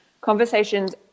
conversations